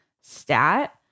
stat